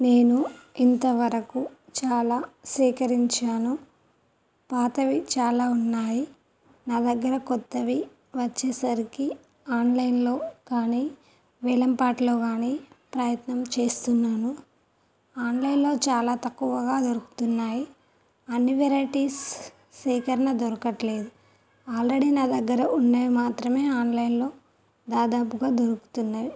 నేను ఇంత వరకు చాలా సేకరించాను పాతవి చాలా ఉన్నాయి నా దగ్గర క్రొత్తవి వచ్చేసరికి ఆన్లైన్లో కానీ వేలంపాటలో కానీ ప్రయత్నం చేస్తున్నాను ఆన్లైన్లో చాలా తక్కువగా దొరుకుతున్నాయి అన్ని వెరైటీస్ సేకరణ దొరకట్లేదు ఆల్రెడీ నా దగ్గర ఉన్నాయి మాత్రమే ఆన్లైన్లో దాదాపుగా దొరుకుతున్నాయి